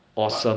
but